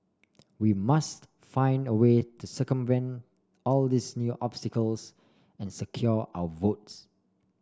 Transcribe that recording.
we must find a way to circumvent all these new obstacles and secure our votes